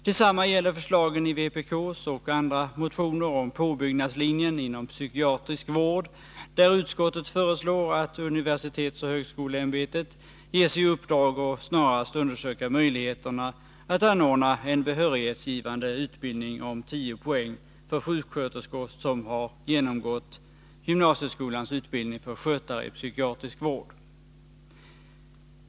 Detsamma gäller förslagen i vpk:s och andra motioner om påbyggnadslinjen inom psykiatrisk vård, där utskottet föreslår att universitetsoch högskoleämbetet ges i uppdrag att snarast undersöka möjligheterna att anordna en behörighetsgivande utbildning om 10 poäng för sjuksköterskor som har genomgått gymnasieskolans utbildning för skötare i psykiatrisk vård.